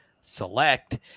Select